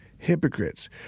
Hypocrites